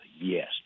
yes